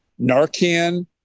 Narcan